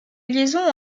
liaison